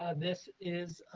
um this is,